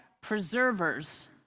preservers